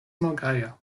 malgaja